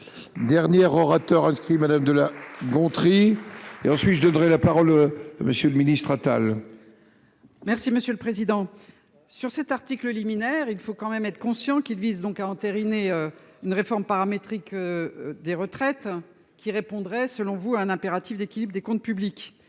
Dernière orateur inscrit madame de La Gontrie et ensuite je donnerai la parole monsieur le ministre Attal. Merci, monsieur le Président, sur cet article liminaire, il faut quand même être conscient qu'il vise donc à entériner une réforme paramétrique des retraites qui répondrait selon vous un impératif d'équilibre des comptes publics.